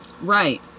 Right